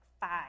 five